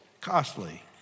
costly